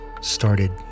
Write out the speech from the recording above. started